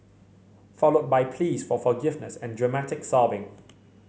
followed by pleas for forgiveness and dramatic sobbing